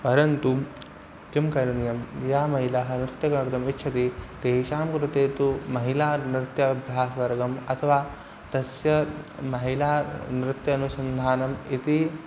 परन्तु किं करणीयं याः महिलाः नृत्यकर्तुम् इच्छन्ति तेषां कृते तु महिला नृत्याभ्यासवर्गम् अथवा तस्य महिला नृत्यानुसन्धानम् इति